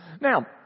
Now